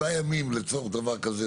7 ימים לצורך דבר כזה,